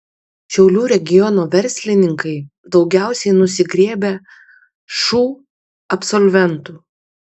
šiaulių regiono verslininkai daugiausiai nusigriebia šu absolventų